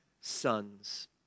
sons